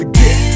get